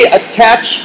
attach